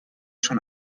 schon